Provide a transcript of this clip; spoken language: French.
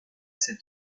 cet